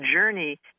journey